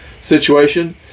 situation